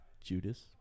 Judas